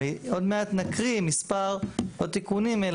עוד מעט נקריא מספר תוספות,